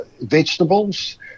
vegetables